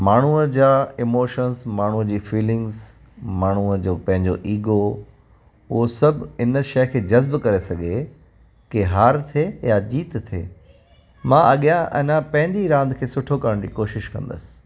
माण्हूअ जा इमॉशन्स माण्हूअ जी फ़ीलींग्स माण्हूअ जो पंहिंजो ईगो उहो सभु हिन शइ खे जज़्बु करे सघे कि हार थिए या जीत थिए मां अॻियां अञा पंहिंजी रांदि खे सुठो करण जी कोशिश कंदसि